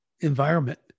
environment